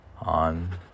On